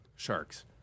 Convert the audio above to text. Sharks